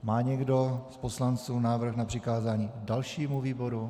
Má někdo z poslanců návrh na přikázání dalšímu výboru?